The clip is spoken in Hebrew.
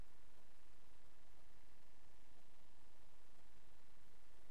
כן, בבקשה.